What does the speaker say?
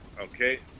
Okay